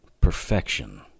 Perfection